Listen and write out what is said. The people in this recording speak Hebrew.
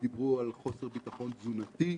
דיברו על חוסר ביטחון תזונתי,